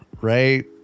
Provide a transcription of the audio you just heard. right